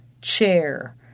chair